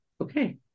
okay